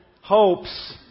hopes